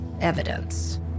evidence